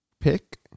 pick